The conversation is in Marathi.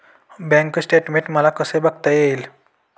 बँक स्टेटमेन्ट मला कसे बघता येईल?